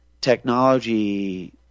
technology